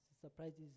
surprises